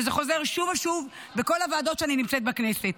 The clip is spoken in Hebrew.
וזה חוזר שוב ושוב בכל הוועדות שאני נמצאת בהן בכנסת.